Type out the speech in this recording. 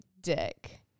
dick